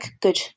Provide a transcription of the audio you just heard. good